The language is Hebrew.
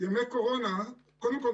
קודם כול,